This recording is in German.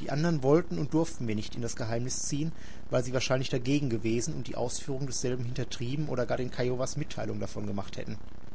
die andern wollten und durften wir nicht in das geheimnis ziehen weil sie wahrscheinlich dagegen gewesen und die ausführung desselben hintertrieben oder gar den kiowas mitteilung davon gemacht hätten